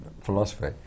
philosophy